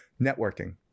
networking